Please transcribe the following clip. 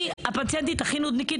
אני הפציינטית הכי נודניקית,